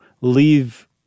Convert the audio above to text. leave